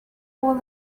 all